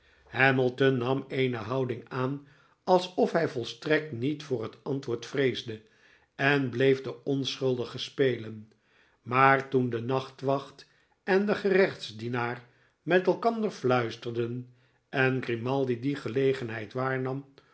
hamilton nam eene houding aan alsof hij volstrekt niet voor het antwoord vreesde en bleef de onschuldige spelen maar toen de nachtwacht en de gerechtsdienaar met elkander fluisterden en grimaldi die gelegenheid waarnam